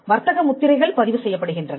வர்த்தக முத்திரைகள் பதிவு செய்யப்படுகின்றன